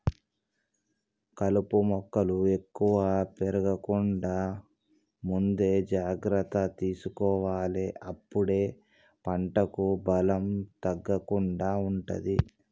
కలుపు మొక్కలు ఎక్కువ పెరగకుండా ముందే జాగ్రత్త తీసుకోవాలె అప్పుడే పంటకు బలం తగ్గకుండా ఉంటది